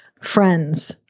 friends